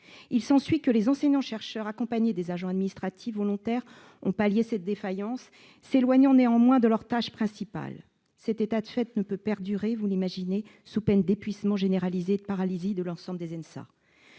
Il s'ensuit que les enseignants-chercheurs, accompagnés des agents administratifs volontaires, ont pallié cette défaillance, s'éloignant néanmoins de leurs tâches principales. Cet état de fait ne peut perdurer, vous l'imaginez, sous peine d'épuisement généralisé et de paralysie de l'ensemble des ENSA.